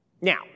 Now